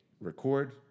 Record